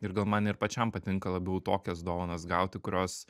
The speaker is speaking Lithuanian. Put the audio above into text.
ir gal man ir pačiam patinka labiau tokias dovanas gauti kurios